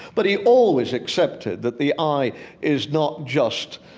but he always accepted that the eye is not just,